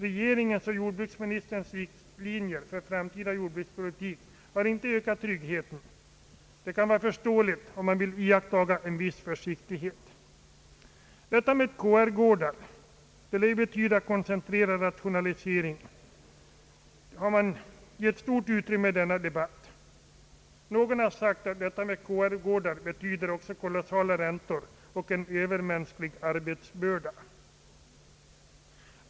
Regeringens och = jordbruksministerns riktlinjer för vår framtida jordbrukspolitik har inte ökat tryggheten. Detta med KR-gårdar, som givits stort utrymme i denna debatt — KR lär betyda »koncentrerad rationalisering» -— kar av någon också sagts innebära »kolossala räntor» och en övermänsklig arbetsbörda.